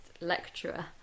lecturer